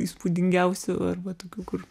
įspūdingiausių arba tokių kur